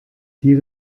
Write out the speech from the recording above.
die